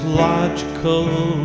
logical